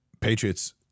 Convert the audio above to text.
Patriots